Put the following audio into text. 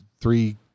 three